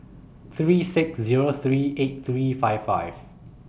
three six Zero three eight three five five